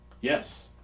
Yes